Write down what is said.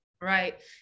right